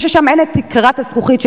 כנראה שם אין תקרת הזכוכית,